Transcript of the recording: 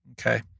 Okay